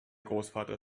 großvater